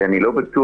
שאני לא בטוח